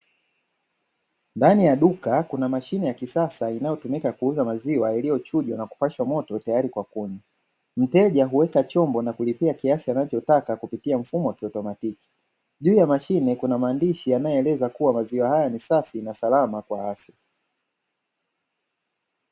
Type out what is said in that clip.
Ndani ya duka kuna mashine ya kisasa inayotumika kuuza maziwa yaliyochujwa na kupashwa moto tayari kwa kuuzwa. Mteja huweka chombo na kulipia kiasi anachotaka kupitia mfumo wa kiautomatiki. Juu ya mashine kuna maandishi yanayoeleza kuwa maziwa haya ni safi na salama kwa afya.